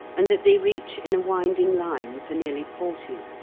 and that they reach in a winding line for nearly forty.